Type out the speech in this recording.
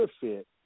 fit